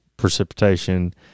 precipitation